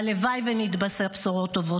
והלוואי שנתבשר בשורות טובות.